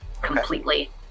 completely